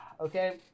Okay